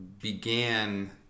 began